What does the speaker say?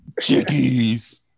Chickies